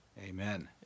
Amen